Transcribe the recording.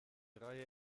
reihe